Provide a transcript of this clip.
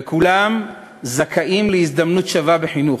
וכולם זכאים להזדמנות שווה בחינוך,